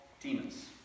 demons